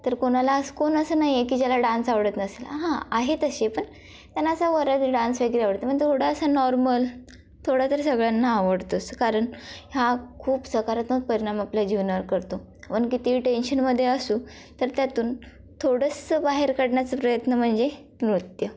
तर कोणालाच कोण असं नाही आहे की ज्याला डान्स आवडत नसेल हां आहे तसे पण त्यांना असं वराती डान्स वगैरे आवडते पण थोडा असा नॉर्मल थोडा तरी सगळ्यांना आवडतोच कारण हा खूप सकारात्मक परिणाम आपल्या जीवनावर करतो म्हण कितीही टेन्शनमध्ये असू तर त्यातून थोडंसं बाहेर काढण्याचा प्रयत्न म्हणजे नृत्य